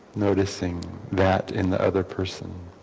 noticing that in the other person